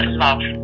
love